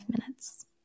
minutes